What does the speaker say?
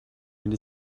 или